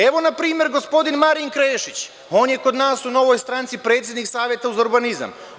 Evo, npr. gospodin Marin Krešić, on je kod nas u Novoj stranci predsednik Saveta za urbanizam.